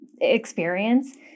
experience